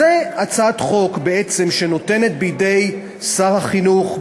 זו הצעת חוק שנותנת בידי שר החינוך,